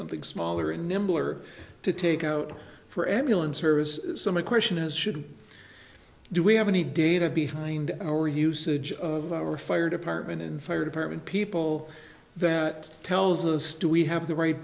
something smaller and nimbler to take out for amul in service so my question is should do we have any data behind our usage of our fire department and fire department people that tells us do we have the right